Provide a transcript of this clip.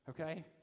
Okay